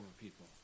people